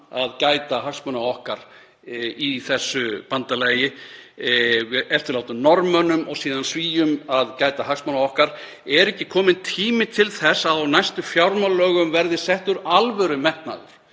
að gæta hagsmuna okkar í þessu bandalagi, eftirlátum Norðmönnum og síðan Svíum að gæta hagsmuna okkar: Er ekki kominn tími til þess á næstu fjárlögum verði settur alvörumetnaður